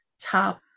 top